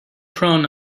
prone